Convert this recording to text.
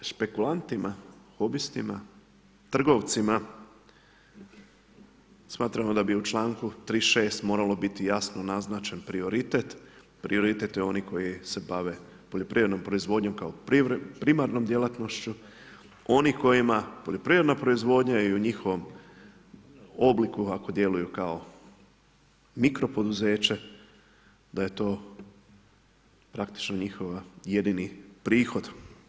Špekulantima, lobistima, trgovcima, smatramo da bi u čl.36. moralo biti jasno naznačen prioritet, prioritet je oni koji se bave poljoprivrednom proizvodnjom kao primarnom djelatnošću oni kojima poljoprivredna proizvodnja i u njihovom obliku djeluju kao mikro poduzeće da je to praktično njihov jedini prihod.